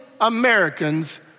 Americans